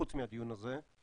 חוץ מהדיון הזה,